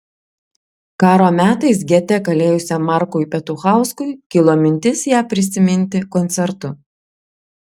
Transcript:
karo metais gete kalėjusiam markui petuchauskui kilo mintis ją prisiminti koncertu